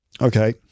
Okay